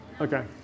Okay